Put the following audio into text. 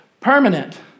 permanent